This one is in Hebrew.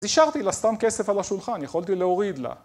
אז השארתי לה סתם כסף על השולחן, יכולתי להוריד לה.